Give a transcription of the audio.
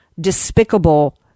despicable